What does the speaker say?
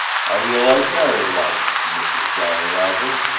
how do you like married life, mrs. jolly roger?